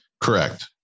Correct